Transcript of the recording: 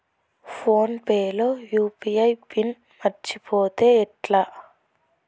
Phone pay లో UPI PIN మరచిపోతే ఎట్లా?